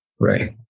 Right